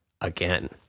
again